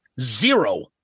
Zero